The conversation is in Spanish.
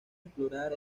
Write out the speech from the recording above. explorar